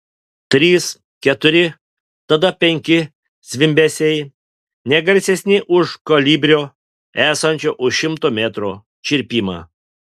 trys keturi tada penki zvimbesiai ne garsesni už kolibrio esančio už šimto metrų čirpimą